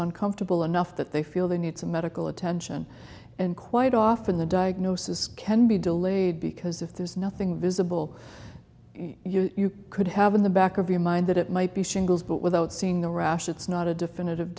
uncomfortable enough that they feel they need some medical attention and quite often the diagnosis can be delayed because if there's nothing visible you could have in the back of your mind that it might be shingles but without seeing the rash it's not a definitive